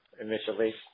Initially